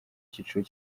kiciro